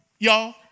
Y'all